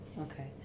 Okay